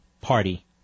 Party